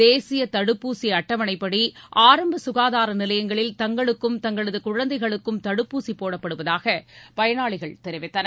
தேசியதடுப்பூசிஅட்டவணைப்படிஆரம்பசுகாதாரநிலையங்களில் தங்களக்கும் தங்களதுகுழந்தைகளுக்கும் தடுப்பூசிபோடப்படுவதாகபயனாளிகள் தெரிவித்தனர்